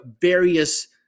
various